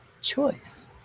choice